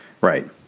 Right